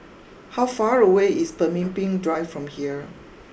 how far away is Pemimpin Drive from here